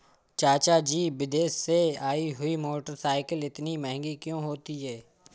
चाचा जी विदेश से आई हुई मोटरसाइकिल इतनी महंगी क्यों होती है?